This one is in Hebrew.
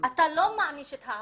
אתה לא מעניש את העבריין.